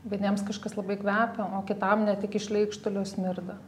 vieniems kažkas labai kvepia o kitam net iki šleikštulio smirda